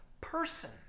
person